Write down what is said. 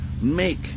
make